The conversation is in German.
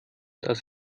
dass